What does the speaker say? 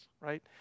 right